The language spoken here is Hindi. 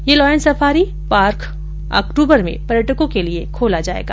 यह लायन सफारी पार्क अक्टूबर में पर्यटकों के लिये खोला जायेगा